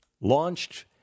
launched